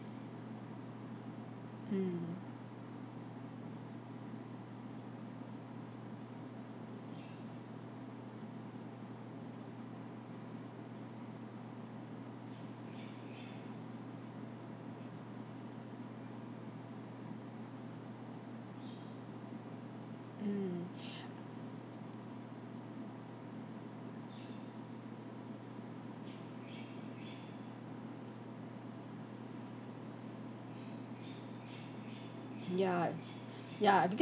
mm mm mm ya ya because